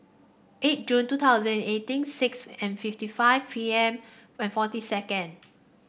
eight June two thousand and eighteen six and fifty five P M and fourteen second